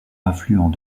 affluent